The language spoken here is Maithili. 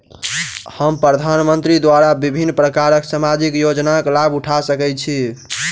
हम प्रधानमंत्री द्वारा विभिन्न प्रकारक सामाजिक योजनाक लाभ उठा सकै छी?